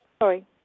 sorry